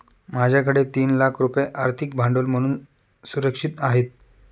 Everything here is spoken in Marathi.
माझ्याकडे तीन लाख रुपये आर्थिक भांडवल म्हणून सुरक्षित आहेत